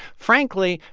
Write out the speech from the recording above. frankly,